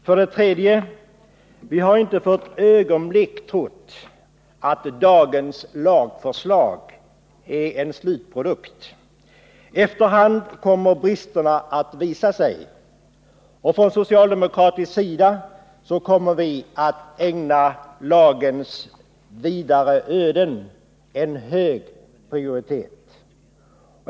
För det tredje har vi inte för ett ögonblick trott att dagens lagförslag är en slutprodukt. Efter hand kommer bristerna att visa sig, och från socialdemokratisk sida kommer vi att ägna lagens vidare öden en hög prioritet.